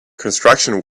construction